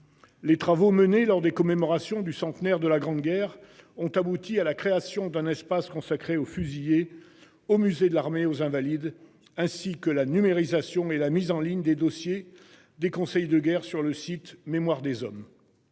Les travaux menés lors des commémorations du centenaire de la Grande Guerre ont abouti à la création d'un espace consacré aux fusillés au musée de l'Armée aux invalides, ainsi que la numérisation et la mise en ligne des dossiers des conseils de guerre sur le site Mémoire des hommes.